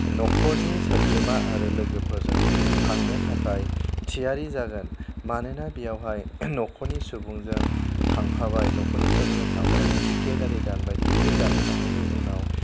नखरनि सोद्रोमा आरो लोगोफोरजों थांनो थाखाय थियारि जागोन मानोना बेयावहाय नखरनि सुबुंजों थांफाबाय नखरनि सुबुंजों थांफानाय थिकेट आरि दानबाय थिकेट दानखांनायनि उनाव